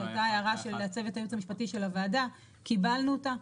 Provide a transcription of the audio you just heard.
זו אותה ההערה של צוות הייעוץ המשפטי של הוועדה וקיבלנו אותה.